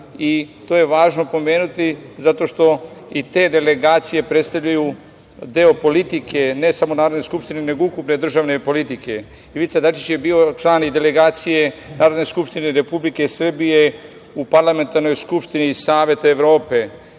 i to je važno pomenuti zato što i te delegacije predstavljaju deo politike, ne samo Narodne skupštine, nego ukupne državne politike. Ivica Dačić je bio član delegacije Narodne skupštine Republike Srbije u parlamentarnoj Skupštini Saveta Evrope.